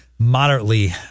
moderately